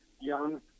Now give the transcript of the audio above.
young